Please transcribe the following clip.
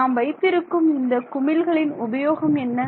நாம் வைத்திருக்கும் இந்த குமிழ்களின் உபயோகம் என்ன